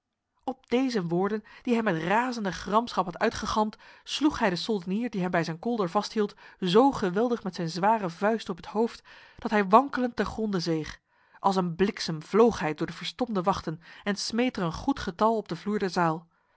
op deze woorden die hij met razende gramschap had uitgegalmd sloeg hij de soldenier die hem bij zijn kolder vasthield zo geweldig met zijn zware vuist op het hoofd dat hij wankelend te gronde zeeg als een bliksem vloog hij door de verstomde wachten en smeet er een goed getal op de vloer der zaal